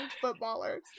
footballers